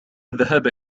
الذهاب